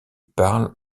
parle